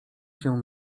się